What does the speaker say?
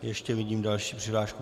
Ještě vidím další přihlášku.